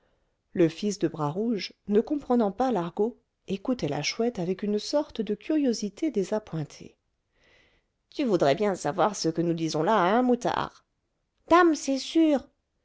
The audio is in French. le fils de bras rouge ne comprenant pas l'argot écoutait la chouette avec une sorte de curiosité désappointée tu voudrais bien savoir ce que nous disons là hein moutard dame c'est sûr